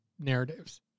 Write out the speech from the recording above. narratives